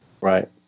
Right